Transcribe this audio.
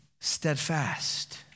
steadfast